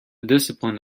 discipline